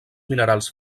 minerals